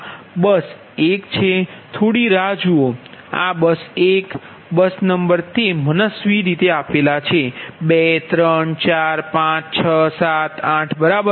થોડી રાહ જુઓ આ બસ 1 બસ નંબર તે મનસ્વી નંબર 2 3 4 5 6 7 8 બરાબર